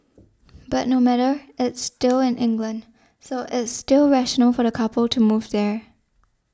but no matter it's still in England so it's still rational for the couple to move there